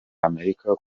amerika